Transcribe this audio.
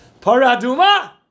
Paraduma